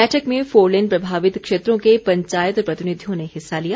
बैठक में फोरलेन प्रभावित क्षेत्रों के पंचायत प्रतिनिधियों ने हिस्सा लिया